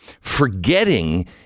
Forgetting